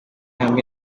hamwe